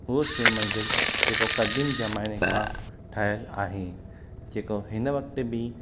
उहो शिव मंदरु जेको क़दीम ज़माने खां ठहियलु आहे जेको हिन वक़्ति बि